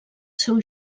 seu